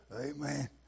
Amen